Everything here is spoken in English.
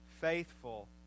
faithful